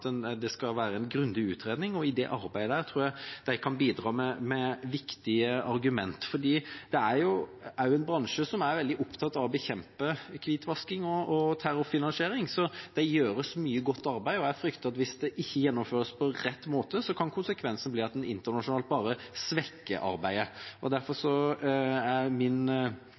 det skal være en grundig utredning, og i det arbeidet tror jeg de kan bidra med viktige argumenter, for dette er en bransje som er veldig opptatt av å bekjempe hvitvasking og terrorfinansiering. Så det gjøres veldig mye godt arbeid, og jeg frykter at hvis det ikke gjennomføres på rett måte, kan konsekvensen bli at en internasjonalt bare svekker arbeidet. Derfor er min